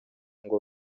ngo